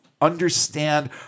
understand